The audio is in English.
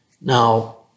Now